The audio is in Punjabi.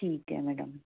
ਠੀਕ ਹੈ ਮੈਡਮ